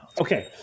okay